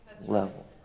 level